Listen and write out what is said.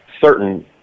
certain –